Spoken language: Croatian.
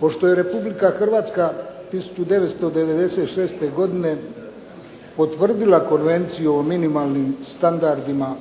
Pošto je Republika Hrvatska 1996. godine potvrdila konvenciju o minimalnim standardima